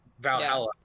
valhalla